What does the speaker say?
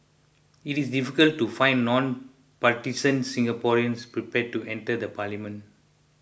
it is difficult to find non partisan Singaporeans prepared to enter the parliament